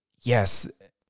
yes